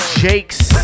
Shakes